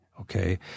Okay